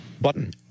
button